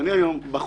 ודאי, זה ברור.